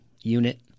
unit